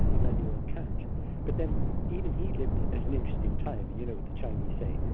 ah emmanuel kant but then even he lived in an interesting time. you know that the chinese say,